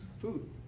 food